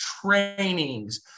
trainings